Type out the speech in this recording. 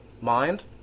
mind